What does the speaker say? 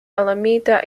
alameda